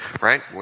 right